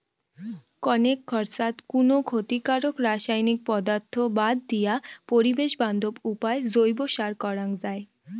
কণেক খরচাত কুনো ক্ষতিকারক রাসায়নিক পদার্থ বাদ দিয়া পরিবেশ বান্ধব উপায় জৈব সার করাং যাই